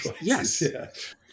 Yes